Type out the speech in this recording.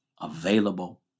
available